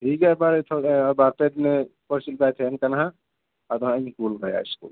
ᱴᱷᱤᱠ ᱜᱮᱭᱟ ᱛᱟᱦᱚᱞᱮ ᱵᱟᱨᱼᱯᱮ ᱫᱤᱱ ᱯᱚᱨᱮ ᱪᱮᱫ ᱞᱮᱠᱟᱭ ᱛᱟᱦᱮᱱ ᱠᱟᱱᱟ ᱱᱟᱦᱟᱜ ᱟᱫᱚ ᱱᱟᱦᱟᱜ ᱤᱧ ᱠᱳᱞ ᱠᱟᱭᱟ ᱤᱥᱠᱩᱞ